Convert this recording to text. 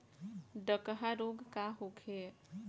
डकहा रोग का होखे?